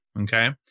Okay